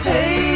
Hey